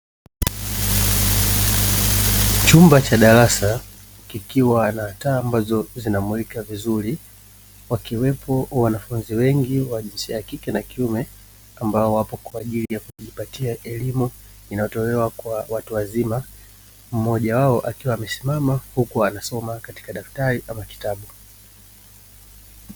Chumba cha darasa kikiwa na taa ambazo zinamulika vizuri, wakiwepo wanafunzi wengi wa jinsia ya kike na kiume ambao wapo kwa ajili ya kujipatia elimu inayotolewa kwa watu wazima. Mmoja wao akiwa amesimama huku anasoma katika daftari ama kitabu.